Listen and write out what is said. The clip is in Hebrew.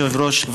אדוני היושב-ראש,